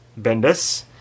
Bendis